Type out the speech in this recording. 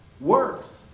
works